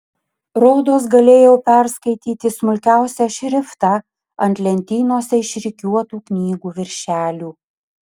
rodos galėjau perskaityti smulkiausią šriftą ant lentynose išrikiuotų knygų viršelių